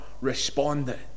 responded